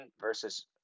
versus